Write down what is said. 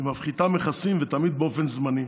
היא מפחיתה מכסים, ותמיד באופן זמני.